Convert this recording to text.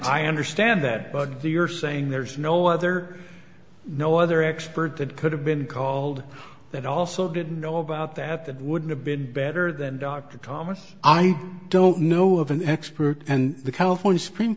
i understand that but you're saying there's no other no other expert that could have been called that also didn't know about that that wouldn't a bit better than dr thomas and i don't know of an expert and the california supreme